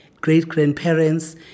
great-grandparents